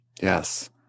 Yes